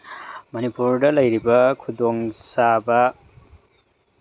ꯃꯅꯤꯄꯨꯔꯗ ꯂꯩꯔꯤꯕ ꯈꯨꯗꯣꯡ ꯆꯥꯕ